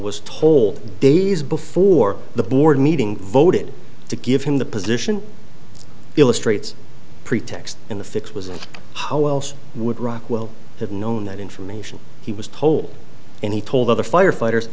was told days before the board meeting voted to give him the position illustrates pretext in the fix was how else would rockwell have known that information he was told and he told other firefighters